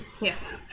yes